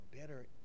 better